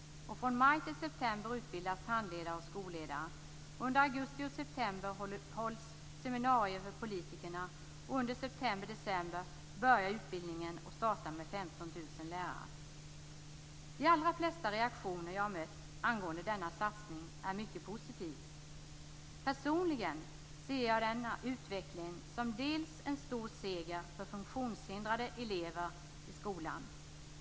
Från maj till september utbildas handledare och skolledare. Under augusti och september hålls seminarier för politikerna. Under september-december börjar utbildningen och startar med 15 000 lärare. De allra flesta reaktioner jag har mött angående denna satsning har varit mycket positiva. Personligen ser jag denna utveckling som en stor seger för funktionshindrade elever i skolan.